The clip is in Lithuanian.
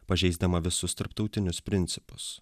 pažeisdama visus tarptautinius principus